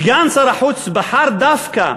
סגן שר החוץ בחר, דווקא